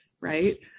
Right